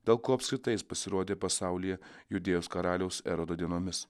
dėl ko apskritai jis pasirodė pasaulyje judėjos karaliaus erodo dienomis